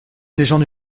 légende